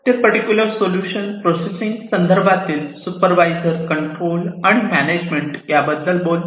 ते particular solution processing संदर्भातील supervisor control आणि मॅनेजमेंट याबद्दल बोलते